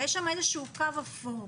יש שם קו אפור